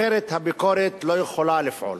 אחרת הביקורת לא יכולה לפעול.